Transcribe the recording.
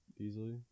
easily